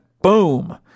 boom